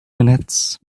minutes